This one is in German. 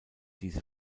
diese